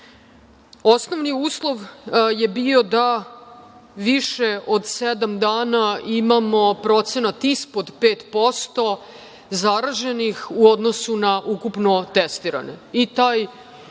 uslov je bio da više od sedam dana imamo procenat ispod 5% zaraženih u odnosu na ukupno testirane.